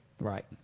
Right